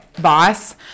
boss